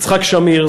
יצחק שמיר,